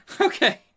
Okay